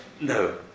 No